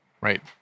right